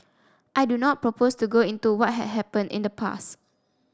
I do not propose to go into what had happened in the past